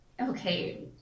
okay